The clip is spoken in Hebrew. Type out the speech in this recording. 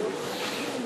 ממשיך מנהג יפה של הכנסת,